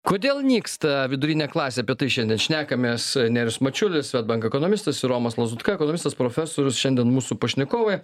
kodėl nyksta vidurinė klasė apie tai šiandien šnekamės nerijus mačiulis swedbank ekonomistas ir romas lazutka ekonomistas profesorius šiandien mūsų pašnekovai